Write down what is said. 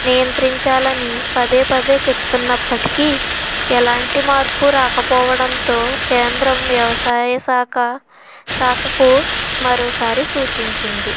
నియంత్రించాలని పదేపదే చెప్తున్నప్పటికీ ఎలాంటి మార్పు రాకపోవడంతో కేంద్రం వ్యవసాయ శాఖ శాఖకు మరోసారి సూచించింది